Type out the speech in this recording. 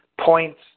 points